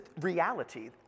reality